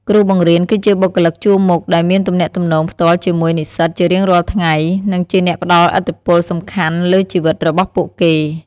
គ្រូបង្រៀនគឺជាបុគ្គលិកជួរមុខដែលមានទំនាក់ទំនងផ្ទាល់ជាមួយនិស្សិតជារៀងរាល់ថ្ងៃនិងជាអ្នកផ្ដល់ឥទ្ធិពលសំខាន់លើជីវិតរបស់ពួកគេ។